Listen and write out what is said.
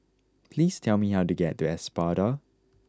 please tell me how to get to Espada